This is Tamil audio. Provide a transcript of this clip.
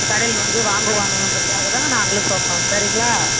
கடையில் வந்து வாங்குவாங்கங்குறத்துக்காக நாங்களும் சொல்கிறோம் சரிங்களா